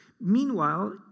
Meanwhile